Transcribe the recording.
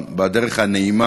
בדרך הנעימה